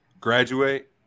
graduate